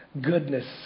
goodness